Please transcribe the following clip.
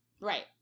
Right